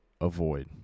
avoid